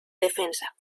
defensa